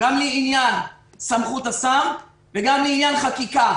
גם לעניין סמכות השר וגם לעניין החקיקה.